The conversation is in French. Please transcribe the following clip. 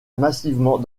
massivement